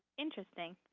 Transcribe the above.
interesting.